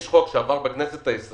יש חוק שעבר בכנסת ה-20